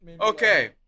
Okay